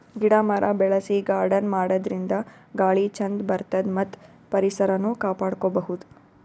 ಗಿಡ ಮರ ಬೆಳಸಿ ಗಾರ್ಡನ್ ಮಾಡದ್ರಿನ್ದ ಗಾಳಿ ಚಂದ್ ಬರ್ತದ್ ಮತ್ತ್ ಪರಿಸರನು ಕಾಪಾಡ್ಕೊಬಹುದ್